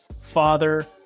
father